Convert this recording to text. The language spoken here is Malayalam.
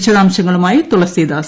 വിശദാംശങ്ങളുമായി തുളസീദാസ്